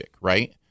right